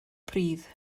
pridd